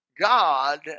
God